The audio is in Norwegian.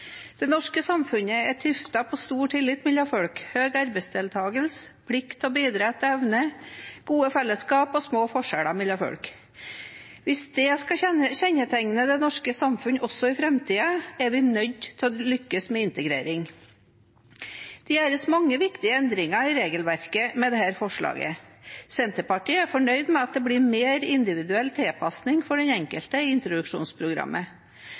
Det norske samfunnet er tuftet på stor tillit mellom folk, høy arbeidsdeltakelse, plikt til å bidra etter evne, gode fellesskap og små forskjeller mellom folk. Hvis det skal kjennetegne det norske samfunnet også i framtiden, er vi nødt til å lykkes med integrering. Det gjøres mange viktige endringer i regelverket med dette forslaget. Senterpartiet er fornøyd med at det blir mer individuell tilpasning for den enkelte i introduksjonsprogrammet.